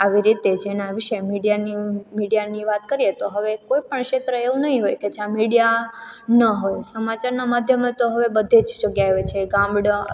આવી રીતે જેના વિશે મીડિયાની વાત કરીએ તો હવે કોઈપણ ક્ષેત્ર એવું નહીં હોય કે જ્યાં મીડિયા ન હોય સમાચારનો માધ્યમ તો હવે બધે જ જગ્યાએ હોય છે ગામડા